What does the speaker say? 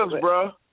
bro